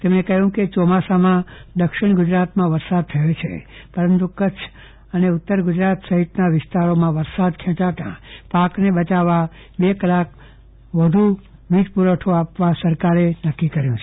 તેમણે કહ્યુ કે ચોમાસામાં દક્ષિણ ગુજરાતમાં વરસાદ થયો છે પરંતુ કચ્છ ઉત્તર ગુજરાત સહિતના વિચારોમાં વરસાદ ખેંચાતા પાકને બચાવવા બે કલાક વધુ વીજ પુરવઠો આપવા સરકારે નક્કી કર્યું છે